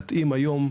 להתאים היום,